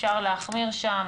אפשר להחמיר שם,